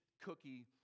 cookie